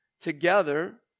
together